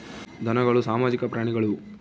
ಧನಗಳು ಸಾಮಾಜಿಕ ಪ್ರಾಣಿಗಳು